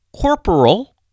corporal